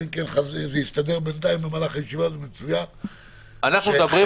אלא אם כן הסתבר במהלך הישיבה שחלק --- אנחנו מדברים